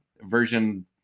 version